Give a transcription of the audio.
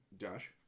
josh